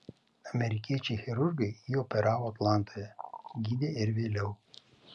amerikiečiai chirurgai jį operavo atlantoje gydė ir vėliau